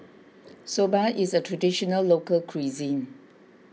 Soba is a Traditional Local Cuisine